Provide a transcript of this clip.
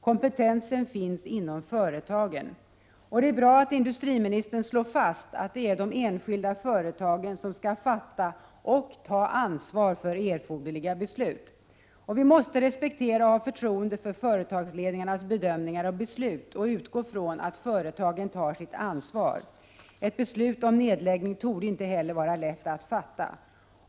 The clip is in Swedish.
Kompetensen finns inom företagen. Det är bra att industriministern slår fast att det är de enskilda företagen som skall fatta och ta ansvar för de erforderliga besluten. Vi måste respektera och ha förtroende för företagsledningarnas bedömningar och beslut och utgå 15 från att företagen tar sitt ansvar. Ett beslut om nedläggning torde inte heller vara lätt att fatta.